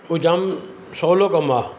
उहो जाम सवलो कमु आहे